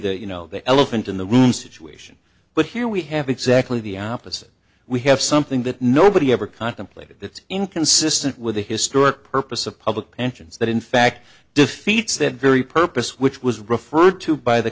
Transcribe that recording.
the you know the elephant in the room situation but here we have exactly the opposite we have something that nobody ever contemplated that's inconsistent with the historic purpose of public pensions that in fact defeats that very purpose which was referred to by the